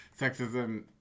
sexism